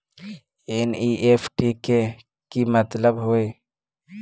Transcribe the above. NEFT के कि मतलब होइ?